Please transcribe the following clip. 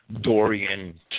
Dorian